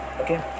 Okay